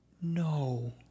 No